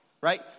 right